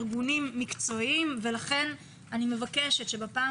עם ארגונים מקצועיים ולכן אני מבקשת שבפעם